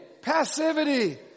passivity